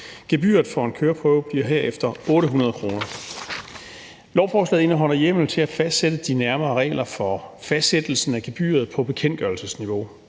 Gebyret for en køreprøve bliver herefter 800 kr. Lovforslaget indeholder hjemmel til at fastsætte de nærmere regler for fastsættelsen af gebyret på bekendtgørelsesniveau,